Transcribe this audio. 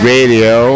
Radio